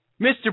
Mr